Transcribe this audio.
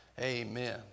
amen